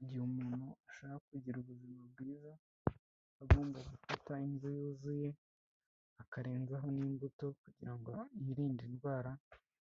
Igihe umuntu ashaka kugira ubuzima bwiza, agomba gufata indyo yuzuye akarenzaho n'imbuto kugira ngo yirinde indwara,